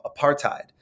apartheid